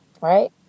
right